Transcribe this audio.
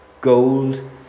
Gold